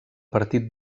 partit